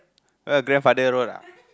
uh grandfather road ah